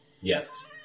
Yes